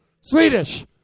Swedish